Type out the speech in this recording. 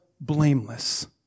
blameless